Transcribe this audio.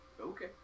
Okay